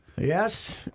Yes